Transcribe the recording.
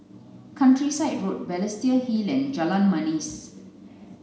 Countryside Road Balestier Hill and Jalan Manis